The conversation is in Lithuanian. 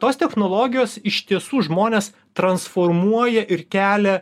tos technologijos iš tiesų žmones transformuoja ir kelia